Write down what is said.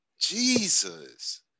Jesus